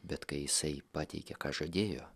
bet kai jisai pateikė ką žadėjo